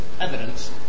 evidence